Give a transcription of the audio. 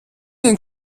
den